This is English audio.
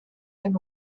and